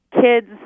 Kids